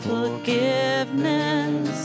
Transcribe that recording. Forgiveness